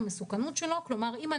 בכל